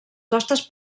costes